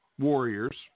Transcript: Warriors